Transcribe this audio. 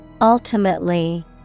Ultimately